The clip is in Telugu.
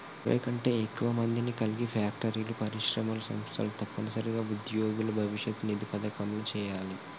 ఇరవై కంటే ఎక్కువ మందిని కలిగి ఫ్యాక్టరీలు పరిశ్రమలు సంస్థలు తప్పనిసరిగా ఉద్యోగుల భవిష్యత్ నిధి పథకంలో చేయాలి